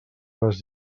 les